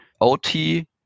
OT